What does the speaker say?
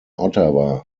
ottawa